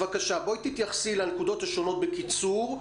בבקשה תתייחסי לנקודות השונות בקיצור,